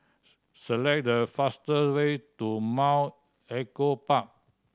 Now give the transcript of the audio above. select the faster way to Mount Echo Park